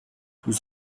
nous